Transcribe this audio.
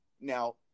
Now